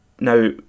Now